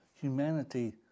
Humanity